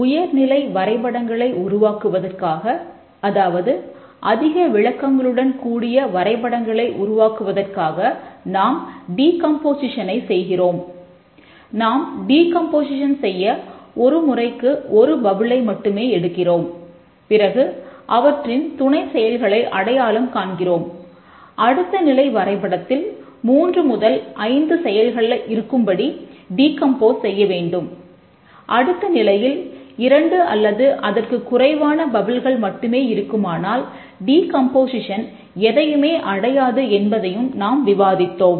உயர்நிலை வரைபடங்களை உருவாக்குவதற்காக அதாவது அதிக விளக்கங்களுடன் கூடிய வரைபடங்களை உருவாக்குவதற்காக நாம் டீகம்போசிஷனை எதையுமே அடையாது என்பதையும் நாம் விவாதித்தோம்